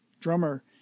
drummer